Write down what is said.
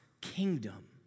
kingdom